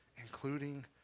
including